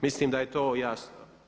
Mislim da je to jasno.